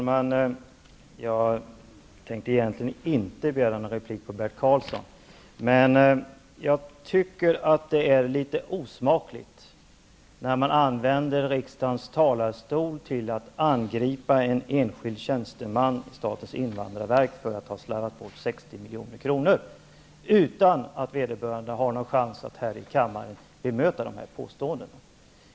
Fru talman! Jag hade egentligen inte tänkt att begära replik på Bert Karlssons anförande. Men jag tycker att det är litet osmakligt när man använder riksdagens talarstol till att angripa en enskild tjänsteman på statens invandrarverk för att denne skulle ha slarvat bort 60 milj.kr. utan att vederbörande har någon chans att här i kammaren bemöta dessa påståenden.